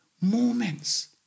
moments